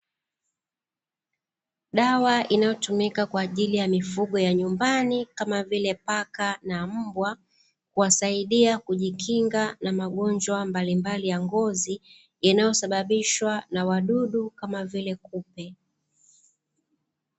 Dawa inayotumika kwa ajili ya mifugo ya nyumbani kama vile; paka na mbwa kuwasaidia kujikinga na magonjwa mbalimbali ya ngozi inayosababishwa na wadudu kama vile kupe.